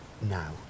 now